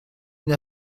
une